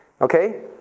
Okay